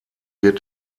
wird